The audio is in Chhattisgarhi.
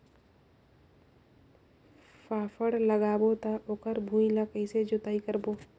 फाफण लगाबो ता ओकर भुईं ला कइसे जोताई करबो?